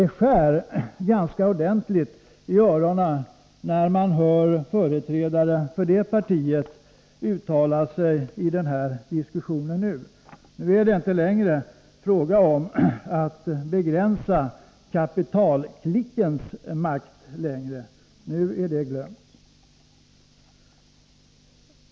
Det skär ganska ordentligt i öronen när man hör företrädare för det partiet uttala sig i dagens diskussion. Nu är det inte längre fråga om att begränsa kapitalklickens makt längre, utan det är glömt.